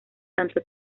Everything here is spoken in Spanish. tanto